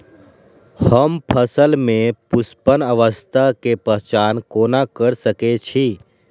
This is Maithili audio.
हम फसल में पुष्पन अवस्था के पहचान कोना कर सके छी?